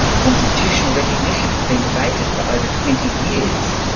constitutional recognition has been debated for over twenty years.